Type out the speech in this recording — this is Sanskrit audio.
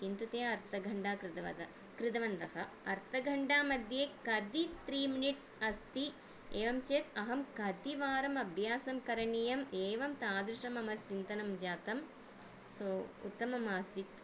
किन्तु ते अर्धघण्टा कृतवत् कृतवन्तः अर्धघण्टामध्ये कति त्रिमिनिट्स् अस्ति एवं चेत् अहं कति वारम् अभ्यासं करणीयम एवं तादृशं मम चिन्तनं जातं सो उत्तमम् आसीत्